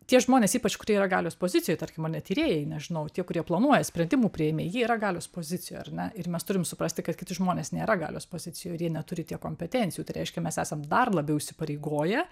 tie žmonės ypač kurie yra galios pozicijoj tarkim ane tyrėjai nežinau tie kurie planuoja sprendimų priėmėjai yra galios pozicijoj ar ne ir mes turim suprasti kad kiti žmonės nėra galios pozicijoj ir jie neturi tiek kompetencijų tai reiškia mes esam dar labiau įsipareigoję